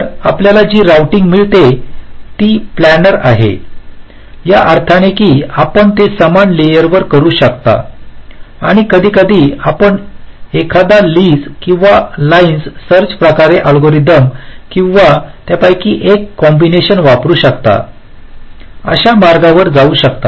तर आपल्याला जी राउटिंग मिळते ती प्लेननेर आहे या अर्थाने की आपण ते समान लेयर वर करू शकता आणि कधीकधी आपण एखादा लीसLee's किंवा लाइन सर्च प्रकारची अल्गोरिदम किंवा त्यापैकी एक कॉम्बिनेशन वापरू शकता अशा मार्गावर जाऊ शकता